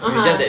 (uh huh)